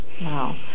Wow